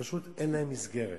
פשוט אין להם מסגרת.